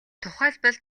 тухайлбал